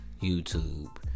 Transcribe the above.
YouTube